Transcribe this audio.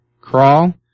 crawl